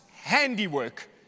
handiwork